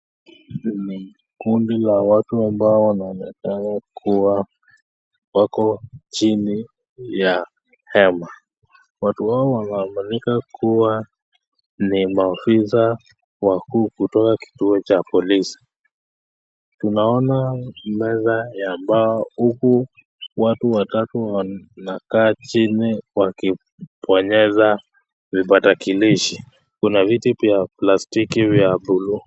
Kikundi la watu ambao wanaonekana kuwa wako chini ya hema. Watu hao wanaonekana kuwa ni maafisa wa huku kutoka kituo cha polisi. Tunaona meza ya mbao huku watu watatu wanakaa chini wakionyesha vibatakilishi. Kuna viti pia vya plastiki vya blue .